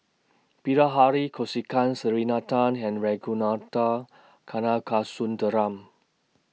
Bilahari Kausikan Selena Tan and Ragunathar Kanagasuntheram